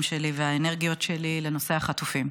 שלי והאנרגיות שלי לנושא החטופים.